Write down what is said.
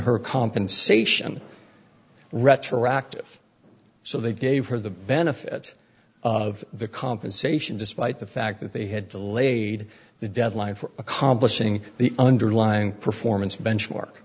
her compensation retroactive so they gave her the benefit of the compensation despite the fact that they had to lay the deadline for accomplishing the underlying performance benchmark